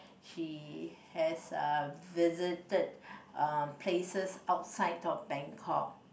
he has a visited uh places outside of Bangkok